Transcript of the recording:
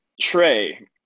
Trey